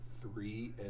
three